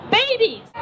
babies